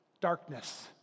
darkness